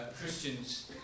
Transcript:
Christians